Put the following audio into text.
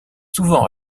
souvent